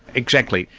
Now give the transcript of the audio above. exactly.